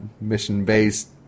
mission-based